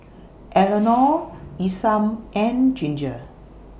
Eleonore Isam and Ginger